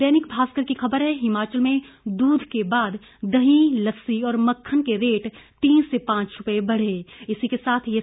दैनिक भास्कर की खबर है हिमाचल में दूध के बाद दही लस्सी और मक्खन के रेट तीन से पांच रुपये बढ़े